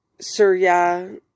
Surya